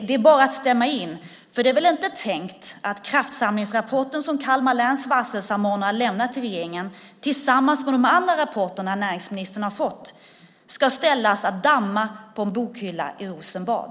Det är bara att stämma in, för det är väl inte tänkt att kraftsamlingsrapporten som Kalmar läns varselsamordnare har lämnat till regeringen, tillsammans med de andra rapporterna som näringsministern har fått, ska ställas att damma på en bokhylla i Rosenbad?